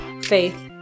faith